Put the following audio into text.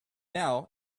now